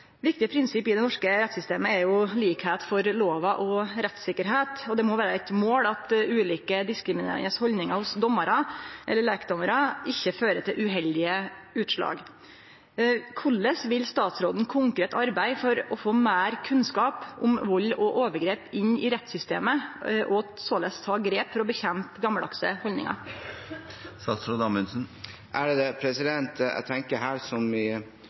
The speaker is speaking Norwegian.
viktig prinsipp i det norske rettssystemet er likskap for lova og rettssikkerheit, og det må vere eit mål at ulike diskriminerande haldningar hos dommarar eller lekdommarar ikkje fører til uheldige utslag. Korleis vil statsråden konkret arbeide for å få meir kunnskap om vald og overgrep inn i rettssystemet og såleis ta grep for å